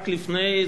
רק לפני,